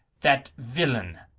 that villain,